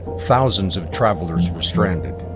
thousands of travelers were stranded.